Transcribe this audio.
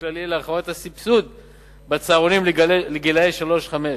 כללי ולהרחבת הסבסוד בצהרונים לגילאי שלוש חמש